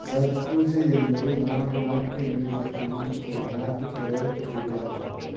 சத் பூஜை என்பது நான்கு நாட்கள் நீடிக்கும் ஒரு நாட்டுப்புற திருவிழாவாகும்